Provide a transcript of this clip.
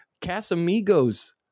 Casamigos